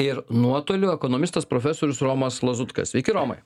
ir nuotoliu ekonomistas profesorius romas lazutka sveiki romai